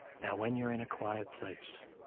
now when you're in a quiet place,